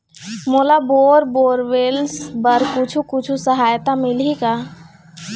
मोला bore borewells बर कुछू कछु सहायता मिलही का?